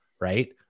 right